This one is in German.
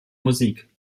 musik